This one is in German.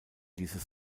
dieses